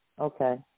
Okay